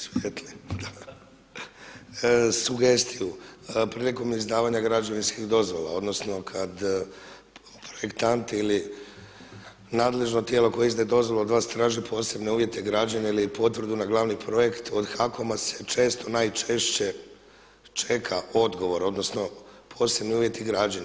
sugestiju prilikom izdavanja građevinskih dozvola odnosno kada projektant ili nadležno tijelo koje izdaje dozvolu od vas traži posebne uvjete građenja ili potvrdu na glavni projekt od HAKOM-a se često najčešće čeka odgovor odnosno posebni uvjeti građenja.